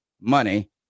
money